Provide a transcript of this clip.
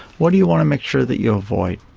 what do you want to make sure that you avoid?